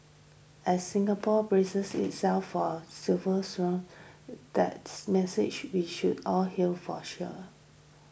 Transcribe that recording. as Singapore braces itself for silver surge that's message we should all heed for sure